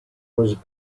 was